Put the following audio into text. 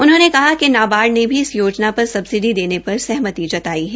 उन्होंने कहा कि नाबार्ड ने भी इस योजना पर सब्सिडी देने पर सहमति जताई है